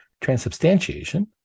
transubstantiation